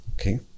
Okay